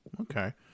Okay